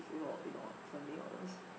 you know you got twenty dollars